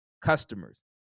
customers